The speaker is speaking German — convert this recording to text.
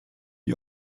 die